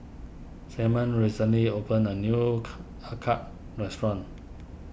Simeon recently opened a new car Acar restaurant